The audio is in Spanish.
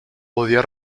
podía